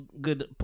good